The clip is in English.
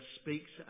speaks